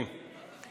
התשפ"ב 2021. הצבעה.